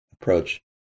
approach